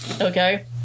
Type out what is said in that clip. Okay